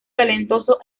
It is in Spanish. talentoso